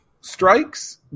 Strikes